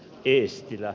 kiiskinä